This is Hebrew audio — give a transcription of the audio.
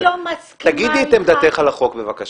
תגידי את עמדתך על החוק בבקשה.